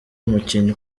umukinnyi